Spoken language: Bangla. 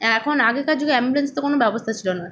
এখন আগেকার যুগে অ্যাম্বুলেন্স তো কোনো ব্যবস্থা ছিল না